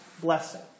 blessing